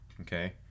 Okay